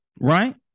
Right